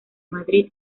madrid